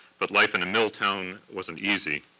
but life in a mill town wasn't easy.